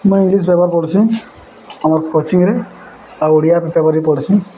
ମୁଇଁ English paper ପଢ଼ୁଛି ଆମର କୋଚିଂରେ ଆଉ ଓଡ଼ିଆ ପେପର୍ ବି ପଢ଼ିସିଁ